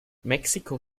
mexiko